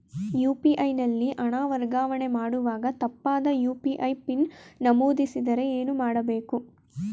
UPI ನಲ್ಲಿ ಹಣ ವರ್ಗಾವಣೆ ಮಾಡುವಾಗ ತಪ್ಪಾದ ಯು.ಪಿ.ಐ ಪಿನ್ ನಮೂದಿಸಿದರೆ ಏನು ಮಾಡಬೇಕು?